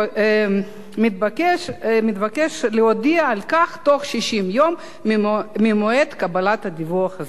הנך מתבקש להודיע על כך תוך 60 יום ממועד קבלת הדיווח הזה".